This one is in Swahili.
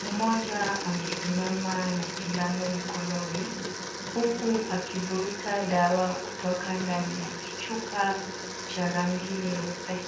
mmoja amesimama na sindano mkononi huku akivuruta dawa kutoka ndani ya kichupa cha rangi nyeupe.